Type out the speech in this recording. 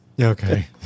Okay